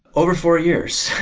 over four years.